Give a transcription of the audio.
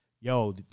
yo